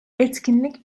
etkinlik